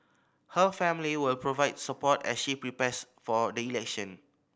her family will provide support as she prepares for the election